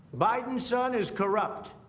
biden son is corrupt.